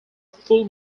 full